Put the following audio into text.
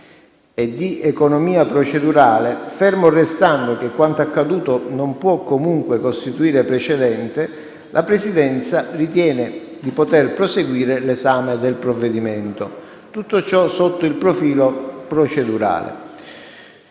e di economia procedurale, fermo restando che quanto accaduto non può comunque costituire precedente, la Presidenza ritiene di poter proseguire l'esame del provvedimento. Questo è quanto ha deciso la